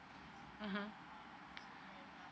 mmhmm